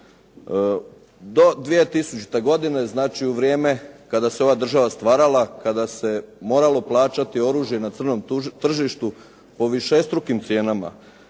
Do 2000. godine znači u vrijeme kada se ova država stvarala, kada se moralo plaćati oružje na crnom tržištu po višestrukim cijenama,